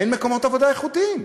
אין מקומות עבודה איכותיים.